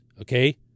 okay